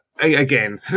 Again